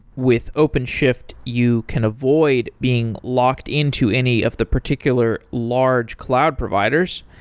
with openshift, you can avoid being locked into any of the particular large cloud providers.